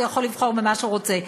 הוא יכול לבחור במה שהוא רוצה,